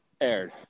aired